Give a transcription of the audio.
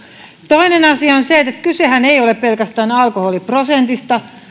toinen asia on se että kysehän ei ole pelkästään alkoholiprosentista